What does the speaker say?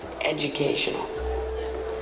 educational